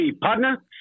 partner